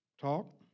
talk